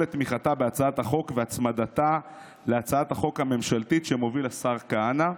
את תמיכתה בהצעת החוק ובהצמדתה להצעת החוק הממשלתית שמוביל השר כהנא.